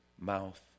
mouth